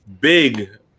big